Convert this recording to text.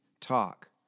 talk